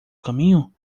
caminho